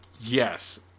Yes